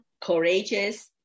courageous